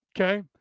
Okay